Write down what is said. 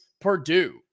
Purdue